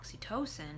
oxytocin